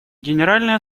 генеральной